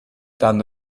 dann